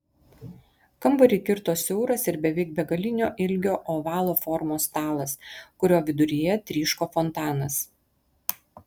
kambarį kirto siauras ir beveik begalinio ilgio ovalo formos stalas kurio viduryje tryško fontanas